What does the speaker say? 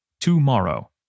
Tomorrow